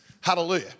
Hallelujah